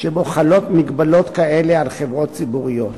שבו חלות מגבלות כאלה על חברות ציבוריות.